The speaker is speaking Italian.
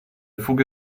fughe